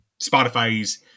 Spotify's